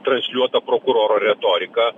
transliuota prokuroro retorika